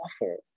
awful